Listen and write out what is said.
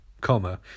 comma